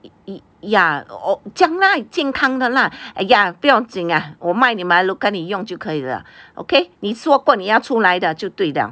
yeah oh 这样啦健康的 lah !aiya! 不要紧 ah 我卖你 mailuken 你用就可以了 okay 你说过你要出来的就对 liao